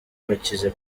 bakize